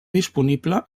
disponible